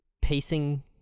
pacing